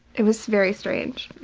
it was very strange.